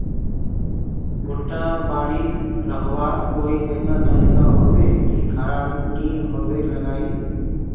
भुट्टा बारित रखवार कोई ऐसा तरीका होबे की खराब नि होबे लगाई?